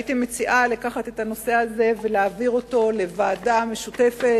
הייתי מציעה לקחת את הנושא הזה ולהעביר אותו לוועדה משותפת,